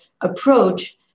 approach